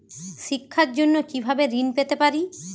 শিক্ষার জন্য কি ভাবে ঋণ পেতে পারি?